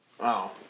Wow